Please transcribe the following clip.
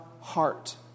heart